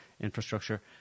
infrastructure